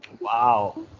wow